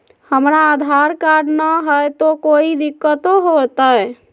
हमरा आधार कार्ड न हय, तो कोइ दिकतो हो तय?